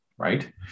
Right